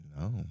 No